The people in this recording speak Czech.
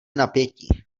napětí